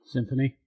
Symphony